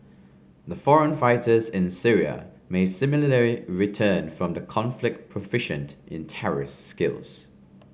the foreign fighters in Syria may similarly return from the conflict proficient in terrorist skills